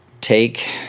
Take